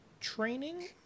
training